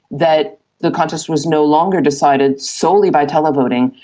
that the contest was no longer decided solely by televoting,